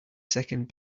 second